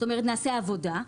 כלומר נעשה עבודה.